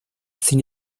sin